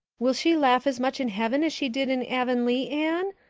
will she laugh as much in heaven as she did in avonlea, anne?